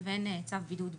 לבין צו בידוד בית.